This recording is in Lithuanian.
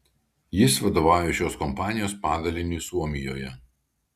jis vadovauja šios kompanijos padaliniui suomijoje